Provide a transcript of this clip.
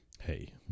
Hey